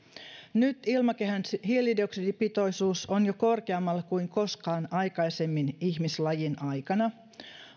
nyt ilmakehän hiilidioksidipitoisuus on jo korkeammalla kuin koskaan aikaisemmin ihmislajin aikana